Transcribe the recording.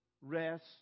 rest